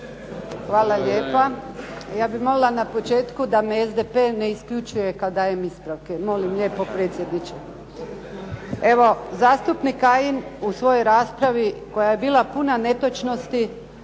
Hvala lijepa. Ja bih molila na početku da me SDP-e ne isključuje kada dajem ispravke, molim lijepo predsjedniče. Evo zastupnik Kajin u svojoj raspravi koja je bila puna netočnosti